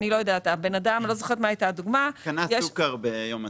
אני לא זוכרת מה הייתה הדוגמה --- קנה סוכר ביום העצמאות.